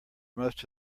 most